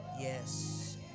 yes